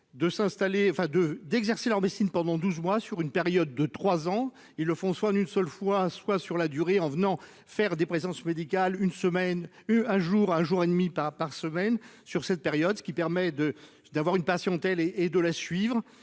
d'exercer leur destine pendant 12 mois sur une période de 3 ans, ils le font soit en une seule fois, soit sur la durée, en venant faire des présences médicale une semaine eu un jour un jour et demi par par semaine sur cette période, ce qui permet de, d'avoir une passion telle et et de la suivre